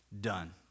done